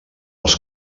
els